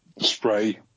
spray